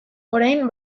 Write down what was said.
orain